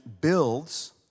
builds